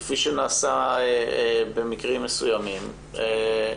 כפי שנעשה במקרים מסוימים,